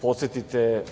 podsetite